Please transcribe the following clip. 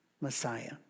Messiah